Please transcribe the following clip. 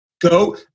go